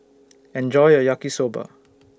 Enjoy your Yaki Soba